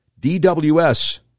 DWS